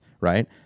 right